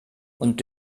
und